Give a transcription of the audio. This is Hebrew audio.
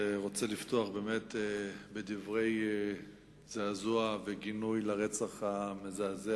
רוצה לפתוח בדברי זעזוע וגינוי של הרצח המזעזע